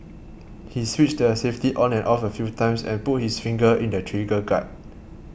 he switched the safety on and off a few times and put his finger in the trigger guard